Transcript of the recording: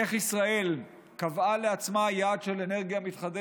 איך ישראל קבעה לעצמה יעד של אנרגיה מתחדשת,